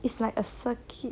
it's like a circuit